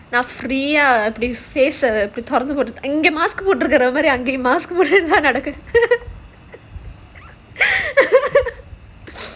நான்:naan free face தொறந்து போட்டுட்ட இங்க:thoranthu potutu inga mask போட்ருக்க மாதிரி அங்கேயும்:potruka maadhiri angayum mask போட்டுட்டுதான் நடக்கனும்:potututhaan nadakanum